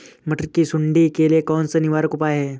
मटर की सुंडी के लिए कौन सा निवारक उपाय है?